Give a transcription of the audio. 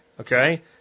okay